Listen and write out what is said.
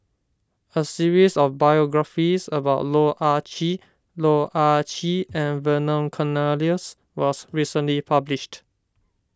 a series of biographies about Loh Ah Chee Loh Ah Chee and Vernon Cornelius was recently published